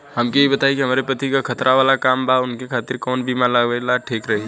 हमके ई बताईं कि हमरे पति क खतरा वाला काम बा ऊनके खातिर कवन बीमा लेवल ठीक रही?